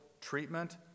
treatment